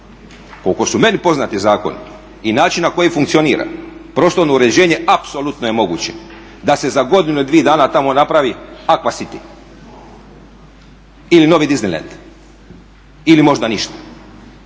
Koliko su meni poznati zakoni i način na koji funkcionira prostorno uređenje apsolutno je moguće da se za godinu ili dvi dana tamo napravi aqua city ili novi Disneyland ili možda ništa.